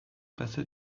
passa